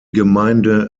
gemeinde